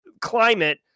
climate